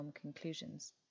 Conclusions